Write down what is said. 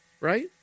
Right